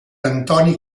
antoni